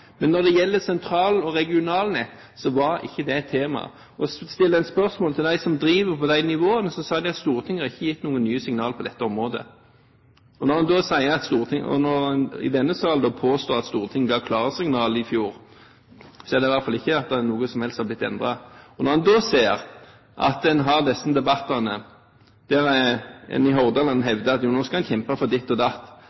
men når det gjelder sentral- og regionalnett, så var ikke det et tema. Og stiller en spørsmål til dem som driver på de nivåene, så sier de at Stortinget ikke har gitt noen nye signaler på dette området. Når en da i denne sal påstår at Stortinget ga klarsignal i fjor, så er det i hvert fall ikke slik at noe som helst er blitt endret. Og når en ser at en har disse debattene, der en i Hordaland